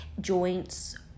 joints